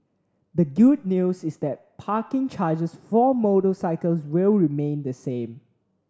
the good news is that parking charges for motorcycles will remain the same